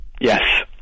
Yes